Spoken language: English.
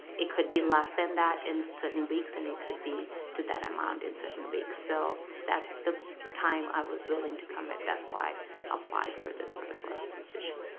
it could be less than that in certain weeks, and it could be to that amount in certain weeks. so that's the time i was willing to commit, that's why i applied for this particular position.